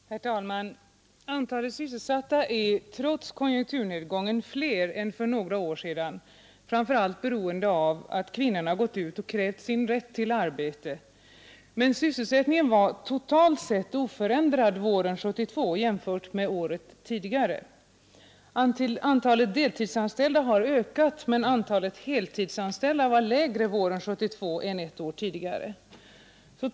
Herr talman! Antalet sysselsatta är trots konjunkturnedgången större än för några år sedan, framför allt beroende av att kvinnorna gått ut och krävt sin rätt till arbete, men sysselsättningen var totalt sett oförändrad våren 1972 jämfört med våren 1971. Antalet deltidsanställda har ökat, men antalet heltidsanställda var lägre våren 1972 än ett år tidigare.